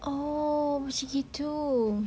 oh macam gitu